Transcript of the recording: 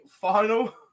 final